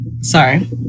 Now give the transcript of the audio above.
Sorry